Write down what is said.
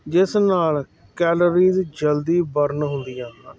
ਜਿਸ ਨਾਲ ਕੈਲੋਰੀਜ ਜਲਦੀ ਬਰਨ ਹੁੰਦੀਆਂ ਹਨ